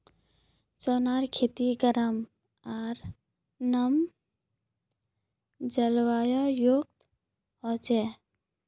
सोनेर खेती गरम आर नम जलवायुत ह छे